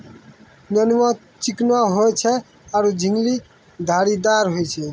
नेनुआ चिकनो होय छै आरो झिंगली धारीदार होय छै